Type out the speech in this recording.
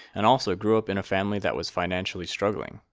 and also grew up in a family that was financially struggling.